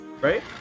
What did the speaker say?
right